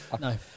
no